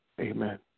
amen